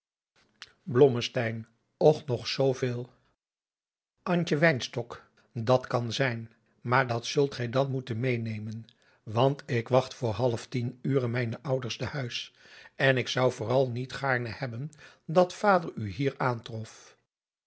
och nog zooveel antje wymstok dat kan zijn maar dat zult gij dan moeten meênemen want ik wacht voor half tien ure mijne ouders te huis en ik zou vooral niet gaarne hebben dat vader u hier aantrof